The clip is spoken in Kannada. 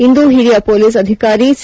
ಇಂದು ಹಿರಿಯ ಪೊಲೀಸ್ ಅಧಿಕಾರಿ ಸಿ